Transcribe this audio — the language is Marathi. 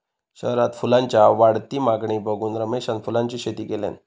शहरात फुलांच्या वाढती मागणी बघून रमेशान फुलांची शेती केल्यान